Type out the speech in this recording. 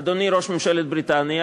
אדוני ראש ממשלת בריטניה,